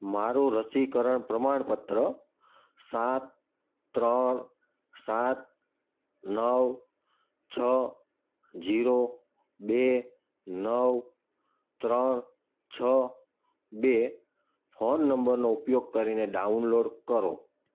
મારું રસીકરણ પ્રમાણપત્ર સાત ત્રણ સાત નવ છ શૂન્ય બે નવ ત્રણ છ બે ફોન નંબરનો ઉપયોગ કરીને ડાઉનલોડ કરો